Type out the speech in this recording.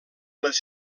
les